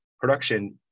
production